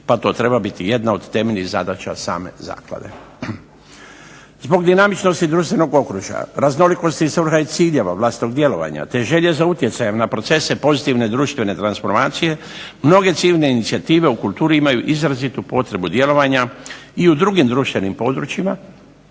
pa to treba biti jedna od temeljnih zadaća same zaklade. Zbog dinamičnosti društvenog okružja, raznolikosti, svrha i ciljeva vlastitog djelovanja te želje za utjecajem na procese pozitivne društvene transformacije mnoge ciljne inicijative u kulturi imaju izrazitu potrebu djelovanja i u drugim društvenim područjima